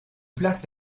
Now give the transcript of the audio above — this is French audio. places